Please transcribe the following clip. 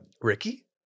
Ricky